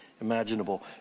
imaginable